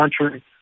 country